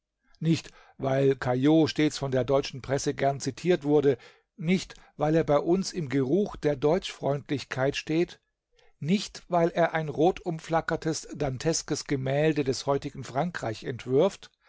nicht weil caillaux stets von der deutschen presse gern zitiert wurde nicht weil er bei uns im geruch der deutschfreundlichkeit steht nicht weil er ein rotumflackertes danteskes gemälde des heutigen frankreich entwirft